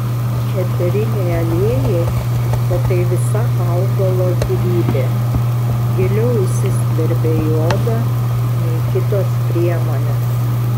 eteriniai aliejai o tai visa augalo gyvybė giliau įsiskverbia į odą nei kitos priemonės